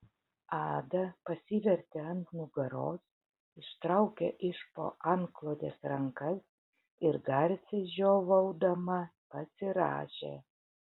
ada pasivertė ant nugaros ištraukė iš po antklodės rankas ir garsiai žiovaudama pasirąžė